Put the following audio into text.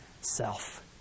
self